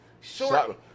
short